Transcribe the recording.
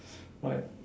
like